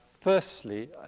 Firstly